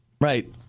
Right